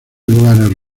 lugares